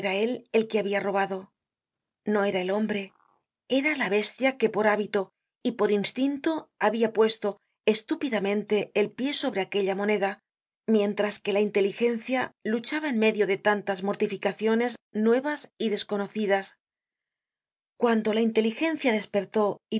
el que habia robado no era el hombre era la bestia que por hábito y por instinto habia puesto estúpidamente el pie sobre aquella moneda mientras que la inteligencia luchaba en medio de tantas mortificaciones nuevas y desconocidas cuando la inteligencia despertó